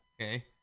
okay